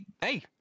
Hey